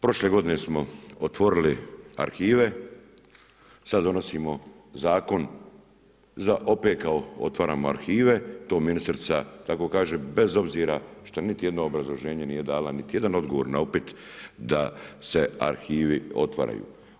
Prošle godine smo otvorili arhive, sada donosimo zakona, za opet kao otvaramo arhive, to ministrica tako kaže bez obzira što niti jedno obrazloženje nije dala, niti jedan odgovor na opet da se arhivi otvaraju.